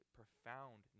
profound